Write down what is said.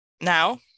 Now